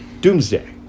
Doomsday